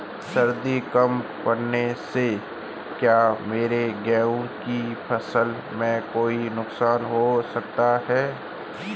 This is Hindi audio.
सर्दी कम पड़ने से क्या मेरे गेहूँ की फसल में कोई नुकसान हो सकता है?